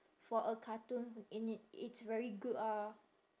for a cartoon in it it's very good ah